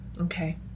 Okay